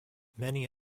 many